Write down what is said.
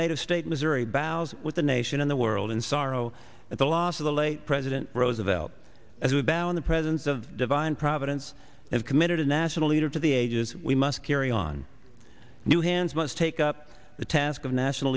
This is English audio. native state missouri bows with the nation in the world in sorrow at the loss of the late president roosevelt as a bow in the presence of divine providence have committed a national leader to the ages we must carry on new hands must take up the task of national